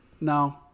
No